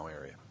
area